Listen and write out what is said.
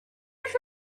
alla